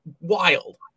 wild